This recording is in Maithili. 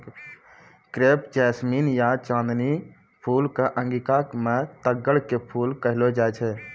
क्रेप जैसमिन या चांदनी फूल कॅ अंगिका मॅ तग्गड़ के फूल कहलो जाय छै